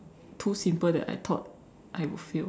too simple that I thought I would fail